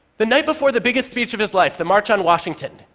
the night before the biggest speech of his life, the march on washington,